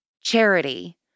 charity